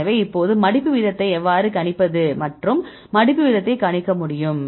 எனவே இப்போது மடிப்பு வீதத்தை எவ்வாறு கணிப்பது என்ற மடிப்பு வீதத்தை கணிக்க முடியும்